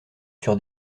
sur